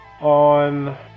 on